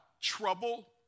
trouble